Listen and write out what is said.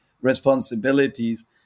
responsibilities